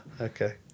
okay